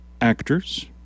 actors